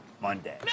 Monday